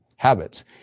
habits